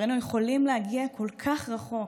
כבר היינו יכולים להגיע כל כך רחוק,